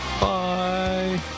bye